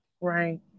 Right